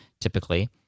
typically